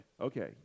Okay